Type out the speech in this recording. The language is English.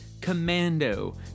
Commando